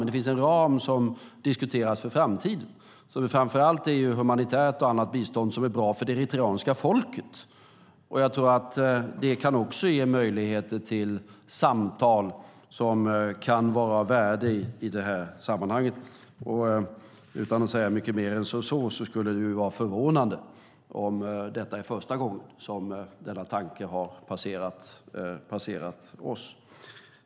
Men det finns en ram som diskuteras för framtiden som framför allt gäller humanitärt och annat bistånd som är bra för det eritreanska folket. Jag tror att det också kan ge möjligheter till samtal som kan vara av värde i det här sammanhanget. Utan att säga mycket mer än så menar jag att det skulle vara förvånande om detta är första gången som denna tanke har passerat oss.